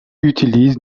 utilise